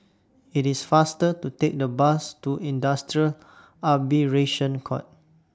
IT IS faster to Take The Bus to Industrial Arbitration Court